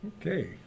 Okay